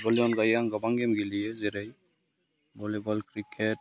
फुटबलनि अनगायै आं गोबां गेम गेलेयो जेरै भलिबल क्रिकेट